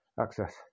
access